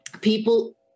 people –